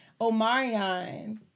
Omarion